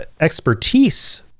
expertise